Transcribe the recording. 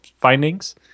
findings